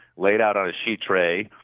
lay it out on a sheet tray,